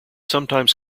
sometimes